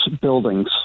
buildings